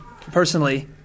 personally